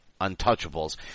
untouchables